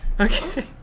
Okay